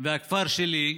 הכפר שלי,